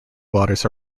waters